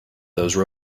those